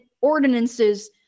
ordinances